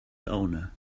owner